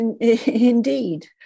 indeed